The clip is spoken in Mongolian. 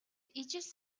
ижил